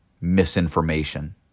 misinformation